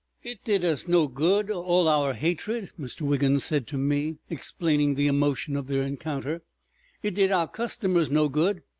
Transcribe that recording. it did us no good, all our hatred, mr. wiggins said to me, explaining the emotion of their encounter it did our customers no good.